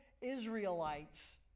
Israelites